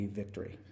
victory